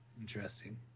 Interesting